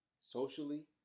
Socially